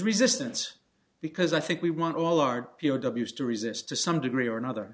resistance because i think we want all our p o w s to resist to some degree or another